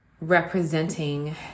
representing